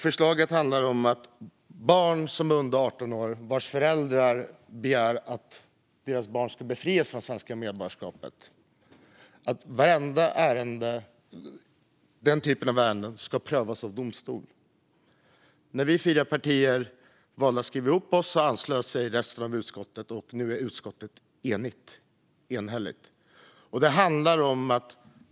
Förslaget handlar om barn under 18 år vars föräldrar begär att barnen ska befrias från sitt svenska medborgarskap. Vartenda ärende av detta slag ska prövas av domstol. När vi fyra partier valde att skriva ihop oss anslöt sig resten av utskottet. Nu är utskottet enigt.